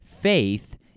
Faith